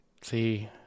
See